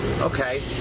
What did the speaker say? Okay